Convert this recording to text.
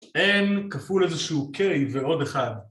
N כפול איזשהו K ועוד אחד